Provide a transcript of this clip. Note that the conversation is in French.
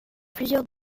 plusieurs